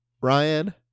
Ryan